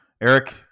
Eric